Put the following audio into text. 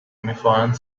میخواهند